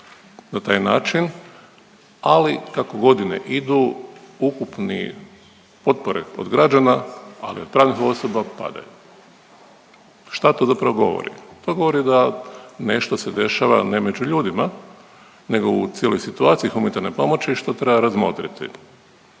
na taj način, ali kako godine idu, ukupni potpore od građani, ali i od pravnih osoba padaju. Šta to zapravo govori? To govori da nešto se dešava, ne među ljudima nego u cijeloj situaciji humanitarne pomoći, što treba razmotriti,